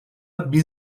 bin